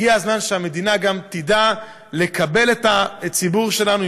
הגיע הזמן שהמדינה גם תדע לקבל את הציבור שלנו,